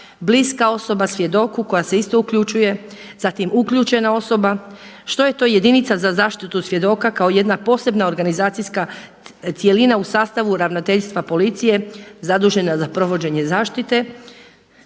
bliska osoba svjedoku koja se isto uključuje, zatim uključena osoba, što je to jedinica za zaštitu svjedoka kao jedna posebna organizacijska cjelina u sastavu ravnateljstva policije zadužena za provođenje zaštite,